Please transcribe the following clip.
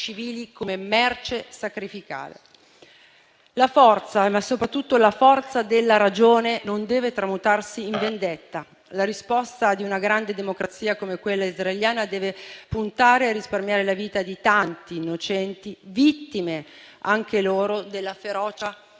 La forza, soprattutto quella della ragione, non deve tramutarsi in vendetta. La risposta di una grande democrazia come quella israeliana deve puntare a risparmiare la vita di tanti innocenti, vittime anche loro della ferocia e